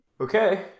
Okay